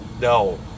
no